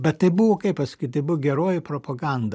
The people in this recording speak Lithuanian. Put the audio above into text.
bet tai buvo kaip pasakyt tai buvo geroji propaganda